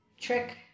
Trick